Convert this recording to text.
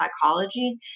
psychology